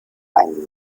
ein